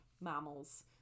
mammals